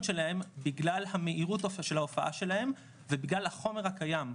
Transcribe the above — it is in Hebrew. שלהם בגלל המהירות של ההופעה שלהם ובגלל החומר הקיים,